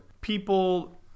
people